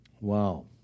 Wow